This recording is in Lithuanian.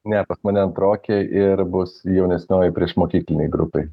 ne pas mane antrokė ir bus jaunesnioji priešmokyklinėj grupėj